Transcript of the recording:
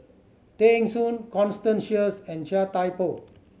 Tay Soon Constance Sheares and Chia Thye Poh